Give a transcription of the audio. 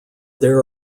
there